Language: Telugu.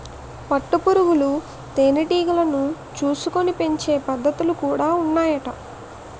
పట్టు పురుగులు తేనె టీగలను చూసుకొని పెంచే పద్ధతులు కూడా ఉన్నాయట